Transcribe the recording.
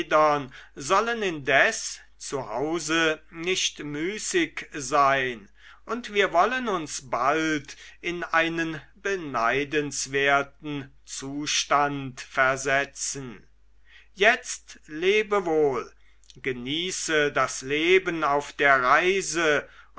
sollen indes zu hause nicht müßig sein und wir wollen uns bald in einen beneidenswerten zustand versetzen jetzt lebe wohl genieße das leben auf der reise